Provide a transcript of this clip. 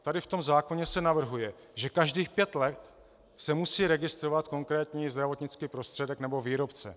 Tady v tom zákoně se navrhuje, že každých pět let se musí registrovat konkrétní zdravotnický prostředek nebo výrobce.